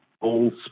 Old